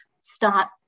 start